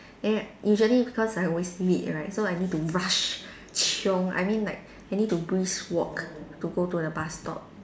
then usually because I always late right so I need to rush chiong I mean like I need to brisk walk to go to the bus stop